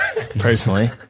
personally